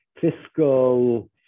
fiscal